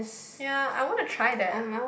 ya I want to try that